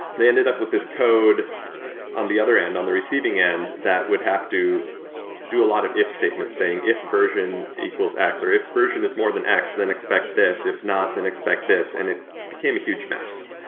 they ended up with this code on the other end, on the receiving end, that would have to do a lot of if statement saying, if version equals x, or if version is more than x, then expect this. if not, then expect this, and it became a huge mess.